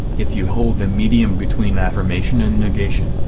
if you hold a medium between affirmation and negation,